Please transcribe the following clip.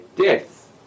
death